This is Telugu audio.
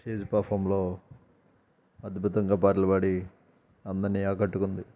స్టేజ్ పర్ఫాంలో అద్భుతంగా పాటలు పాడి అందరిని ఆకట్టుకుంది